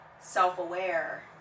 self-aware